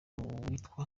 witwa